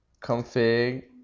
config